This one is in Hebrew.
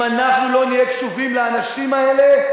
אם אנחנו לא נהיה קשובים לאנשים האלה,